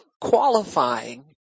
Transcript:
qualifying